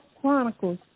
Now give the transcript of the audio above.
Chronicles